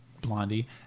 Blondie